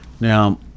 Now